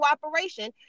cooperation